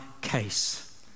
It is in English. case